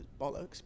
bollocks